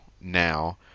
now